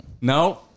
No